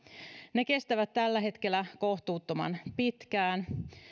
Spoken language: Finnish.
ne kestävät tällä hetkellä kohtuuttoman pitkään